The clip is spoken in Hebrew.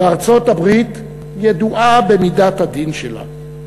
וארצות-הברית ידועה ב"מידת הדין" שלה.